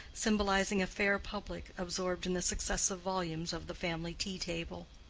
symbolizing a fair public absorbed in the successive volumes of the family tea-table.